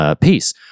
piece